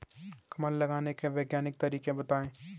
कमल लगाने के वैज्ञानिक तरीके बताएं?